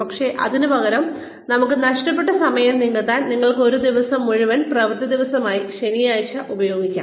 പക്ഷേ അതിനുപകരം നമുക്ക് നഷ്ടപ്പെട്ട സമയം നികത്താൻ ഞങ്ങൾക്ക് ഒരു ദിവസം മുഴുവൻ പ്രവൃത്തി ദിവസമായി ശനിയാഴ്ച ഉപയോഗിക്കാം